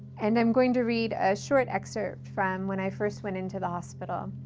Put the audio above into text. and i'm going to read a short excerpt from when i first went into the hospital.